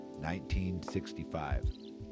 1965